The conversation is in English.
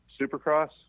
Supercross